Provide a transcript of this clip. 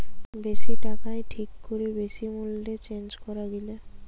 বেশি টাকায় ঠিক করে বেশি মূল্যে চেঞ্জ করা গিলে